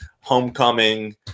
homecoming